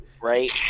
right